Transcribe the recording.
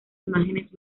imágenes